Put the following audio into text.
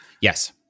Yes